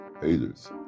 haters